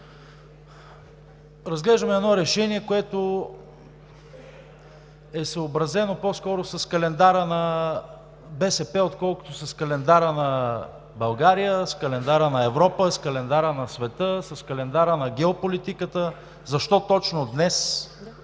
Разглеждаме едно решение, което е съобразено по-скоро с календара на БСП, отколкото с календара на България, с календара на Европа, с календара на света, с календара на геополитиката – защо точно днес,